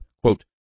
quote